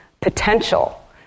potential